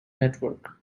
network